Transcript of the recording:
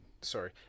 sorry